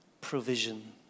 provision